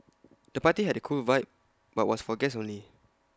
the party had A cool vibe but was for guests only